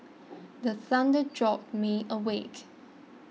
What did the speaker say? the thunder jolt me awake